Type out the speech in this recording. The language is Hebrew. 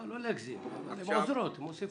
לא, לא להגזים, הן עוזרות, הן מוסיפות.